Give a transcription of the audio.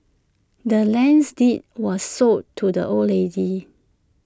the land's deed was sold to the old lady